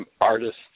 artists